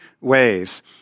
ways